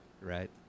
right